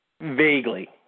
Vaguely